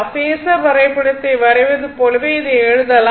phasor வரைபடத்தை வரைவது போலவே இதை எழுதலாம்